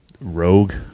Rogue